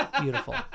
Beautiful